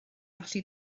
allu